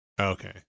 Okay